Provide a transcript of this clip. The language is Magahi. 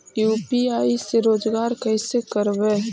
यु.पी.आई से रोजगार कैसे करबय?